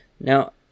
Now